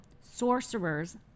sorcerers